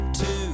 two